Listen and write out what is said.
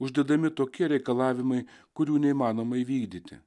uždedami tokie reikalavimai kurių neįmanoma įvykdyti